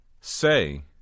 Say